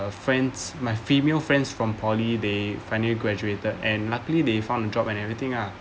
friends my female friends from poly they finally graduated and luckily they found a job and everything ah